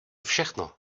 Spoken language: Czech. všechno